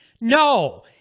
No